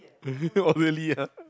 oh really ah